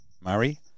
Murray